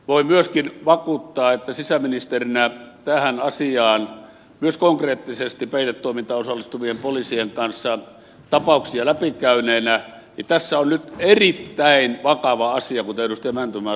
voin myöskin vakuuttaa sisäministerinä tässä asiassa myös konkreettisesti peitetoimintaan osallistuvien poliisien kanssa tapauksia läpikäyneenä että tässä on nyt erittäin vakava asia kuten edustaja mäntymaa sanoi